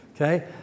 okay